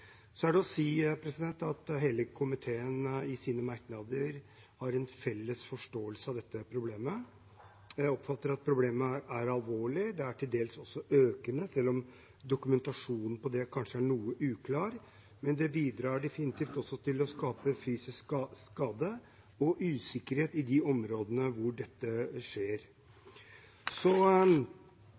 Så er det å si at hele komiteen i sine merknader har en felles forståelse av dette problemet. Jeg oppfatter at problemet er alvorlig, og det er til dels også økende, selv om dokumentasjonen på det kanskje er noe uklar. Men det bidrar definitivt også til å skape fysisk skade og usikkerhet i de områdene hvor dette skjer. Så